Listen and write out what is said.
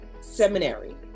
seminary